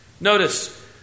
notice